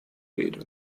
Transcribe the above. rede